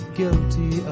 guilty